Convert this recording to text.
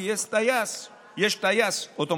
כי יש טייס אוטומטי.